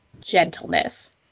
gentleness